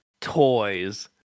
toys